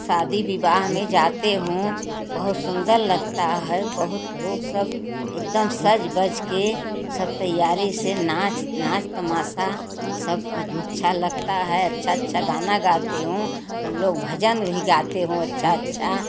शादी विवाह में जाते हैं बहुत सुन्दर लगता है बहुत लोग सब एकदम सज धज के सब तैयारी से नाच वच तमाशा सब अच्छा लगता है अच्छा अच्छा गाना गाते हों हम लोग भजन भी गाते हों अच्छा अच्छा